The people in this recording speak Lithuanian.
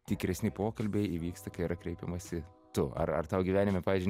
tikresni pokalbiai įvyksta kai yra kreipiamasi tu ar ar tau gyvenime pavyzdžiui